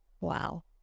Wow